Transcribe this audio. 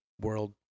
world